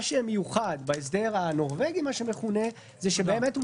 מה שמיוחד במה שמכונה "ההסדר הנורבגי",